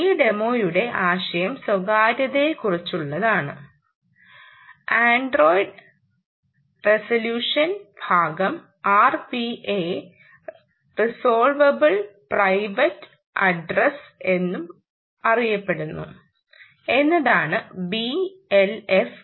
ഈ ഡെമോയുടെ ആശയം സ്വകാര്യതയെക്കുറിച്ചുള്ളതാണ് അഡ്രസ് റെസല്യൂഷൻ ഭാഗം RPA റിസോൾവബിൾ പ്രൈവറ്റ് അഡ്റസ് എന്നും അറിയപ്പെടുന്നു എന്നതാണ് BLF 4